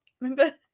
Remember